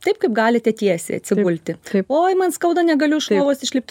taip kaip galite tiesiai atsigulti oi man skauda negaliu iš lovos išlipt